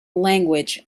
language